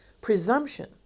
presumption